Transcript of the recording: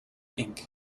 ink